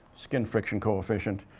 skin friction coefficient.